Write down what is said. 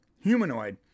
humanoid